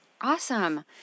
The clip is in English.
Awesome